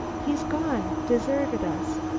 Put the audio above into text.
he's gone! deserted us!